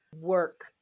work